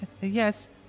yes